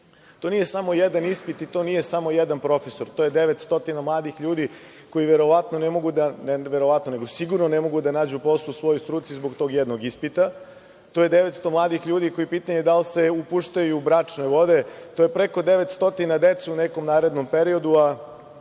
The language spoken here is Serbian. To nije samo jedan ispit i to nije samo jedan profesor. To je 900 mladih ljudi koji sigurno ne mogu da nađu posao u svojoj struci zbog tog jednog ispita. To je 900 mladih ljudi koji pitanje je da li se upuštaju u bračne vode. To je preko 900 dece u nekom narednom periodu,